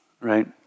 right